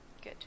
Good